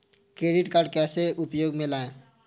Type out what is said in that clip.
Credit card कैसे उपयोग में लाएँ?